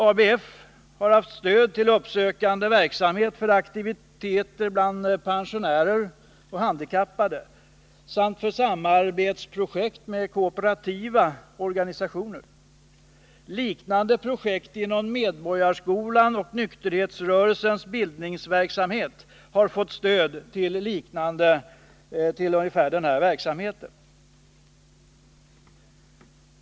ABF har fått stöd till uppsökande verksamhet för aktiviteter bland pensionärer och handikappade samt för samarbetsprojekt med kooperativa organisationer. Medborgarskolan och nykterhetsrörelsens bildningsverksamhet har fått stöd till liknande verksamhet.